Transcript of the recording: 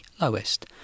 lowest